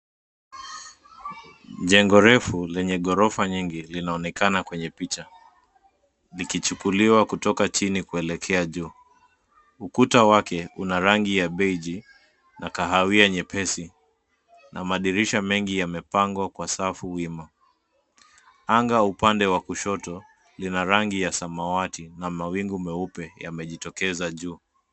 Jengo refu lenye ghorofa nyingi linaonekana kwenye picha, likichukuliwa kutoka chini kuelekea juu. Ukuta wake, una rangi ya beiji, na kahawia nyepesi na madirisha mengi yamepangwa kwa safu wima. Anga upande wa kushoto, lina rangi ya samawati na mawingu meupe yamejitokeza juu.